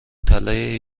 طلای